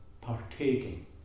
partaking